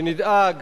שנדאג